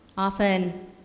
Often